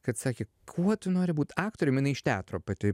kad sakė kuo tu nori būt aktorium jinai iš teatro pati